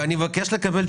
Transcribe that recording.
ואני מבקש לקבל ממנו